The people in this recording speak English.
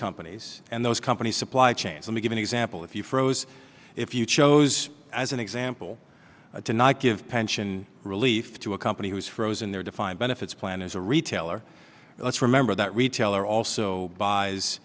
companies and those companies supply chains let me give an example if you froze if you chose as an example to not give pension relief to a company who is frozen their defined benefits plan as a retailer let's remember that retailer also buy